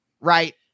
right